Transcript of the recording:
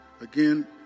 again